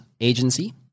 agency